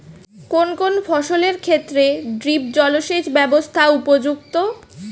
কোন কোন ফসলের ক্ষেত্রে ড্রিপ জলসেচ ব্যবস্থা উপযুক্ত?